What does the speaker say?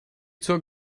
zur